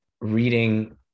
reading